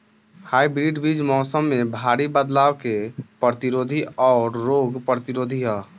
hybrid बीज मौसम में भारी बदलाव के प्रतिरोधी और रोग प्रतिरोधी ह